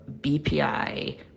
BPI